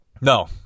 No